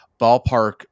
ballpark